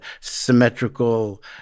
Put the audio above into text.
symmetrical